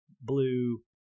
blue